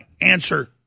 answer